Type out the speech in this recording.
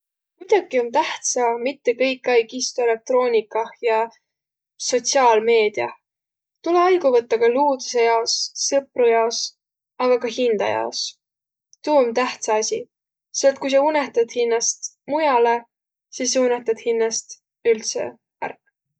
Muidoki om tähtsä mitte kõikaig istuq elektroonikah ja sotsiaalmeediäh. Tulõ aigo võttaq ka luudusõ jaos, sõpro jaos aga ka hindä jaos. Tuu om tähtsä asi. Selle et ku sa unõhtat hinnäst muialõ, sis sa unõhtat hinnäst üldse ärq.